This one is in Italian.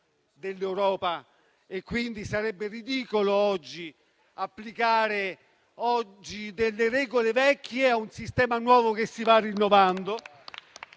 dell'Europa. Quindi, sarebbe ridicolo oggi applicare delle regole vecchie a un sistema nuovo che si va rinnovando.